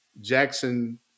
Jackson